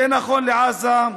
זה נכון לעזה,